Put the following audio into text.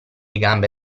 gambe